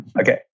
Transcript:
Okay